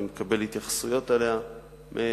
אני מקבל התייחסויות אליה מאזרחים,